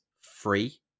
free